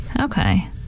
Okay